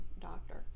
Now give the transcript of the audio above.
doctor